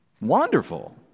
Wonderful